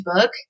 book